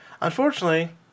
Unfortunately